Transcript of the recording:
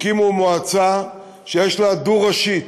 הקימו מועצה דו-ראשית.